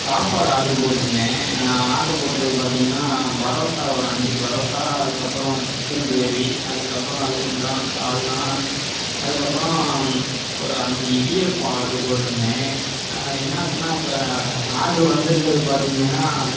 சாப்பாடு ஆட்ரு போட்டிருந்தேன் நான் ஆட்ரு போட்டிருக்கறது பார்த்தீங்கன்னா பரோட்டா ஒரு அஞ்சு பரோட்டா அதுக்கப்பறம் சிக்கன் கிரேவி அதுக்கப்புறம் அதுக்குண்டான சால்னா அதுக்கப்புறம் ஒரு அஞ்சு இடியாப்பம் ஆட்ரு போட்டிருந்தேன் என்னாச்சுன்னா இப்போ ஆட்ரு வந்திருக்கிறது பார்த்தீங்கன்னா